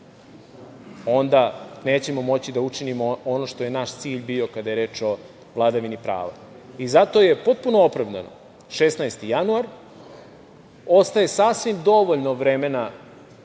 onda nećemo moći da učinimo ono što je naš cilj bio kada je reč o vladavini prava. Zato je potpuno opravdano 16. januar, ostaje sasvim dovoljno vremena